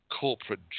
corporate